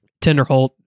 Tenderholt